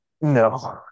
No